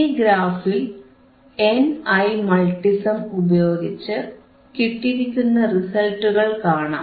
ഈ ഗ്രാഫിൽ NI Multisim ഉപയോഗിച്ചു കിട്ടിയിരിക്കുന്ന റിസൽറ്റുകൾ കാണാം